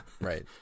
Right